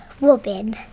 Robin